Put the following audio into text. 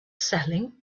selling